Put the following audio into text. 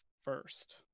first